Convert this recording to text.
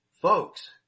Folks